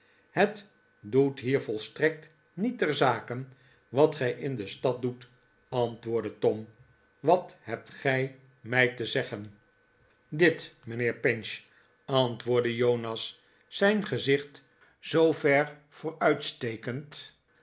het doet hier volstrekt niet ter zake wat gij in de stad dbet antwoordde tom wat hebt gij mij te zeggen jonas krijgt een lesje dit mijnheer pinch antwoordde jonas zijn gezicht zoover